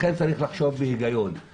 לכן צריך לחשוב בהיגיון,